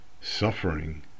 suffering